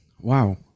Wow